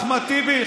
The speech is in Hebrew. אחמד טיבי,